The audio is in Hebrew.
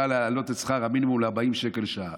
להעלות את שכר המינימום ל-40 שקלים לשעה?